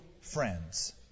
friends